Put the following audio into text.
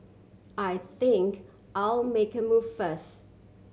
I think I'll make a move first